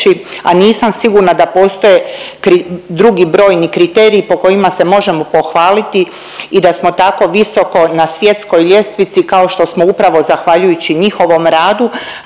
a nisam sigurna da postoje drugi brojni kriteriji po kojima se možemo pohvaliti i da smo tako visoko na svjetskoj ljestvici kao što smo upravo zahvaljujući njihovom radu,